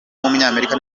w’umunyamerika